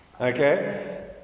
Okay